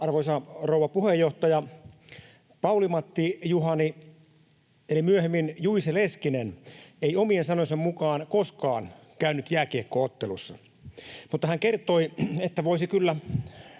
Arvoisa rouva puheenjohtaja! Pauli Matti Juhani, eli myöhemmin Juice, Leskinen ei omien sanojensa mukaan koskaan käynyt jääkiekko-ottelussa. Mutta hän kertoi, että voisi kyllä